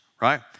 right